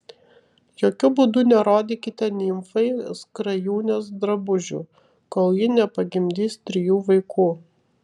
jokiu būdu nerodykite nimfai skrajūnės drabužių kol ji nepagimdys trijų vaikų